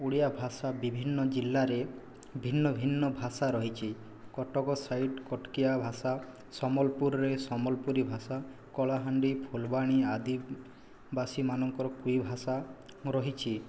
ଓଡ଼ିଆ ଭାଷା ବିଭିନ୍ନ ଜିଲ୍ଲାରେ ଭିନ୍ନ ଭିନ୍ନ ଭାଷା ରହିଛି କଟକ ସାଇଡ଼ କଟକିଆ ଭାଷା ସମ୍ବଲପୁରେ ସମ୍ବଲପୁରୀ ଭାଷା କଳାହାଣ୍ଡି ଫୁଲବାଣୀ ଆଦିବାସୀମାନଙ୍କର କୁଇ ଭାଷା ରହିଛି